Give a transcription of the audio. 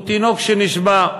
הוא תינוק שנשבה.